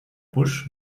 bush